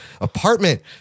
apartment